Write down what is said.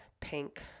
pink